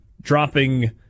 dropping